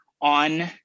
on